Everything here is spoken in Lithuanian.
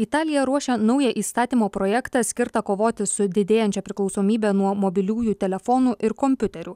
italija ruošia naują įstatymo projektą skirtą kovoti su didėjančia priklausomybe nuo mobiliųjų telefonų ir kompiuterių